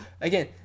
Again